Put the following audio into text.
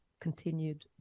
continued